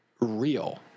real